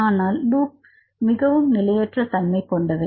ஆனால் லூப்கள் மிகவும் நிலையற்ற தன்மை கொண்டவை